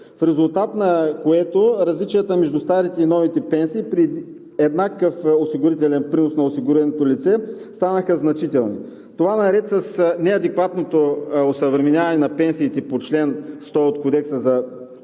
В резултат на което различията между старите и новите пенсии, при еднакъв осигурителен принос на осигуреното лице, станаха значителни. Това, наред с неадекватното осъвременяване на пенсиите по чл. 100 от Кодекса за